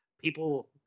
people